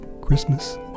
Christmas